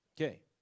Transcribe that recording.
Okay